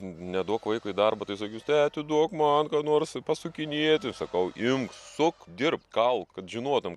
neduok vaikui darbo tai jisai teti duok man nors pasukinėti sakau imk suk dirbk kalk kad žinotum